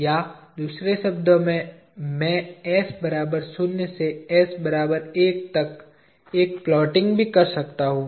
या दूसरे शब्दों में मैं s बराबर शून्य से s बराबर एक तक एक प्लॉटिंग भी कर सकता हूं